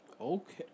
Okay